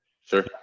Sure